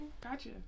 gotcha